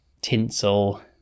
tinsel